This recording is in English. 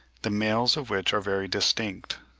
the males of which are very distinct,